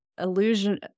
illusion